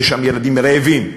יש שם ילדים רעבים.